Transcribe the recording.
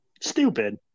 stupid